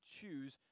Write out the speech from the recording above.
choose